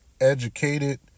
educated